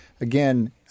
again